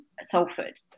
Salford